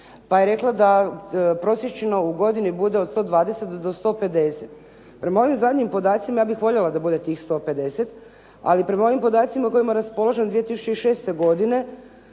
pa je rekla da prosječno u godini bude od 120 do 150. Prema ovim zadnjim podacima ja bih voljela da bude tih 150 ali prema ovim podacima kojima raspolažem iz 2006. godine